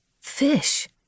Fish